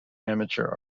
amateur